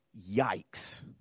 Yikes